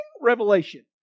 revelation